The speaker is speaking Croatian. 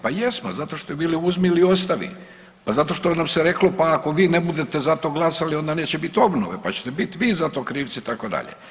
Pa jesmo zato što je bilo uzmi ili ostavi, pa zato što nam se reklo pa ako vi ne budete za to glasali onda neće biti obnove, pa ćete biti vi za to krivci itd.